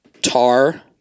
Tar